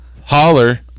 holler